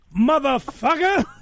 motherfucker